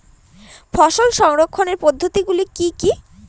ফসল সংরক্ষণের পদ্ধতিগুলি কি কি?